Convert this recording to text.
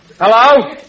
Hello